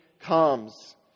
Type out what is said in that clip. comes